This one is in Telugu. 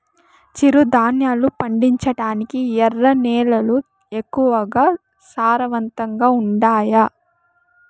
చిరుధాన్యాలు పండించటానికి ఎర్ర నేలలు ఎక్కువగా సారవంతంగా ఉండాయా